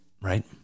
right